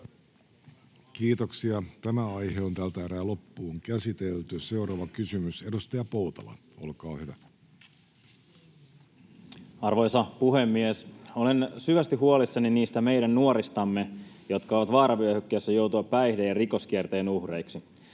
ja tämä asia on nyt menossa eteenpäin. Seuraava kysymys, edustaja Poutala, olkaa hyvä. Arvoisa puhemies! Olen syvästi huolissani niistä meidän nuoristamme, jotka ovat vaaravyöhykkeessä joutua päihde- ja rikoskierteen uhreiksi.